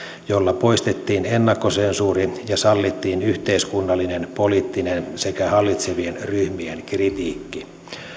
jolla poistettiin ennakkosensuuri ja sallittiin yhteiskunnallinen poliittinen sekä hallitsevien ryhmien kritiikki